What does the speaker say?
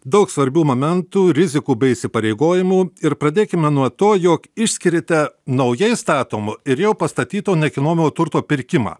daug svarbių momentų rizikų bei įsipareigojimų ir pradėkime nuo to jog išskiriate naujai statomo ir jau pastatyto nekilnojamojo turto pirkimą